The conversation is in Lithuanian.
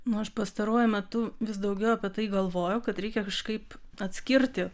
nu aš pastaruoju metu vis daugiau apie tai galvoju kad reikia kažkaip atskirti